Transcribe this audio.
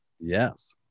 Yes